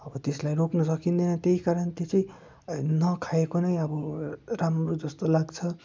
अब त्यसलाई रोक्नु सकिँदैन त्यही कारण त्यो चाहिँ नखाएको नै अब राम्रो जस्तो लाग्छ